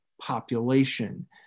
population